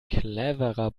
cleverer